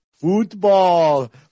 Football